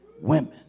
women